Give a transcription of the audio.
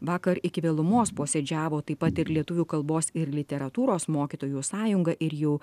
vakar iki vėlumos posėdžiavo taip pat ir lietuvių kalbos ir literatūros mokytojų sąjunga ir jau